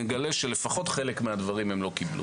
נגלה שלפחות חלק מהדברים הם לא קיבלו.